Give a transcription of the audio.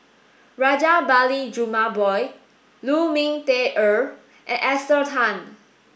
Rajabali Jumabhoy Lu Ming Teh Earl and Esther Tan